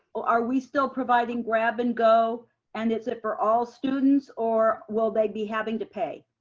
are we still providing grab and go and is it for all students or will they be having to pay?